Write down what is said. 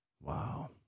Wow